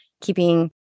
keeping